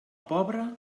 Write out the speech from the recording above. pobre